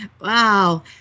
Wow